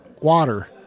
water